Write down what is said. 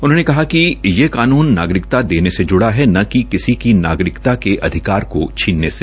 उन्होंने कहा कि ये कानून नागरिकता देने से ज्ड़ा है न कि किसीकी नागरिकता के अधिकार को छीनने से